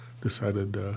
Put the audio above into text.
decided